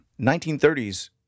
1930s